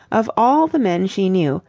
of all the men she knew,